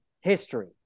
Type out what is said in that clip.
history